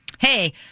Hey